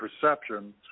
perception